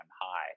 high